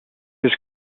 was